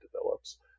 develops